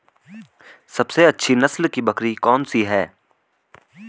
सबसे अच्छी नस्ल की बकरी कौन सी है?